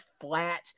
flat